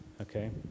Okay